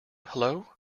hello